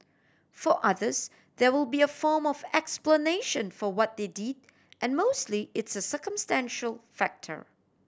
for others there will be a form of explanation for what they did and mostly it's a circumstantial factor